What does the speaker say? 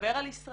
לדבר על ישראל,